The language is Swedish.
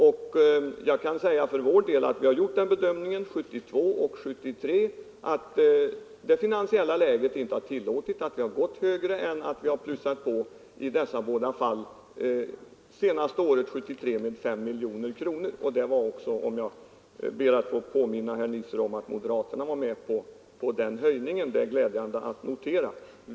För vår del har vi gjort den bedömningen 1972 och 1973 att det finansiella läget inte har tillåtit att vi gått högre än vad vi plussat på i dessa båda fall, dvs. under det senaste året 5 miljoner kronor. Jag ber att få påminna herr Nisser om att också moderaterna var med på den höjningen. Det är glädjande att notera.